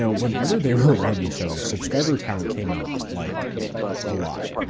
so whenever they were around each other, subscriber count came out like a lot.